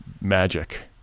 magic